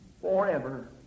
forever